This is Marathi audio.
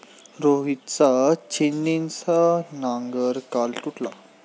रोहितचा छिन्नीचा नांगर काल तुटला